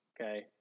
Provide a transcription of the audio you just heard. Okay